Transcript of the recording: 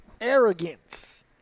arrogance